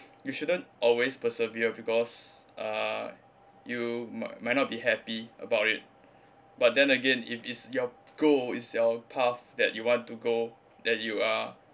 you shouldn't always persevere because uh you mi~ might not be happy about it but then again if is your goal is your path that you want to go that you are